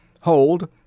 Hold